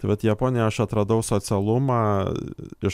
tai vat japonija aš atradau socialumą iš